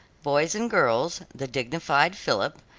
boys and girls the dignified philip,